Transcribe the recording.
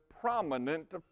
prominent